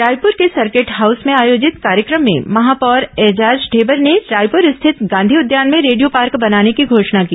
रायपुर के circuit house में आयोजित कार्यक्रम में महापौर एजाज ढेबर ने रायपुर स्थित गांधी उद्यान में रेडियो पार्क बनाने की घोषणा की